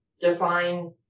Define